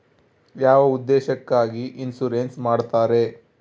ಯಾವ ಉದ್ದೇಶಕ್ಕಾಗಿ ಇನ್ಸುರೆನ್ಸ್ ಮಾಡ್ತಾರೆ?